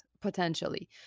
potentially